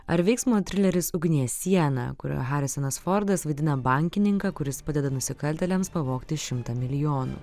ar veiksmo trileris ugnies siena kurioje harisonas fordas vaidina bankininką kuris padeda nusikaltėliams pavogti šimtą milijonų